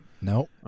No